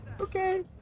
Okay